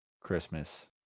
christmas